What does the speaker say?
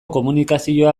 komunikazioa